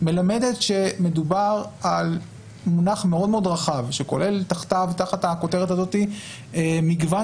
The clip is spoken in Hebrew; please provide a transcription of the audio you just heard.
מלמדת שמדובר על מונח מאוד רחב שכולל תחת הכותרת הזאת מגוון